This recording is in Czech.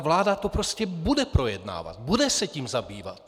Vláda to prostě bude projednávat, bude se tím zabývat.